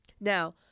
Now